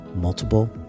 multiple